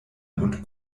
und